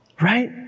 Right